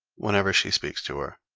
whenever she speaks to her.